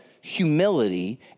humility